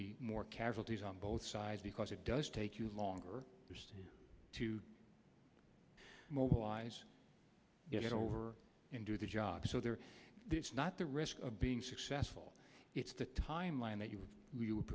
be more casualties on both sides because it does take you longer to mobilize get it over and do the job so they are not the risk of being successful it's the timeline that you would